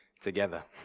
together